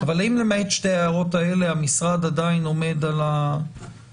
אבל האם למעט שתי ההערות האלה המשרד עדיין עומד על העמדה,